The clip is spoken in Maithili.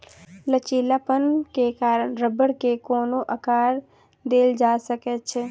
लचीलापन के कारण रबड़ के कोनो आकर देल जा सकै छै